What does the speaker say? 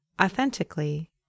authentically